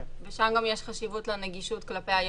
שם גם יש חשיבות לנגישות כלפי היחיד.